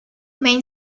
main